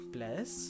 Plus